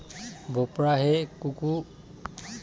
भोपळा हे कुकुरबिटेसी कुलाचे एक जलद उत्पन्न देणारे पीक आहे